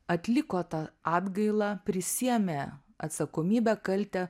atliko tą atgailą prisiėmė atsakomybę kaltę